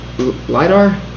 lidar